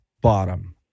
bottom